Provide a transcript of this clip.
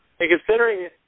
Considering